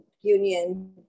union